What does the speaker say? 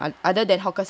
yeah